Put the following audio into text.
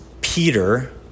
Peter